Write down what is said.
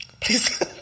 please